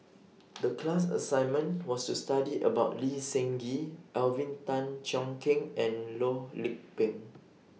The class assignment was to study about Lee Seng Gee Alvin Tan Cheong Kheng and Loh Lik Peng